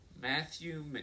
Matthew